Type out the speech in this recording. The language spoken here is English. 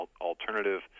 alternative